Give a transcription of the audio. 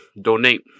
donate